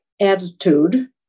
attitude